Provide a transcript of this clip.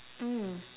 mm